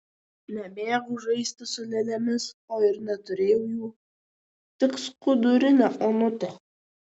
nemėgau žaisti su lėlėmis o ir neturėjau jų tik skudurinę onutę